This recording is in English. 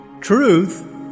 Truth